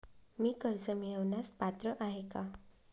मी कर्ज मिळवण्यास पात्र आहे का?